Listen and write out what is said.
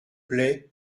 plait